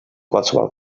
qualsevol